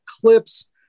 clips